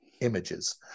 images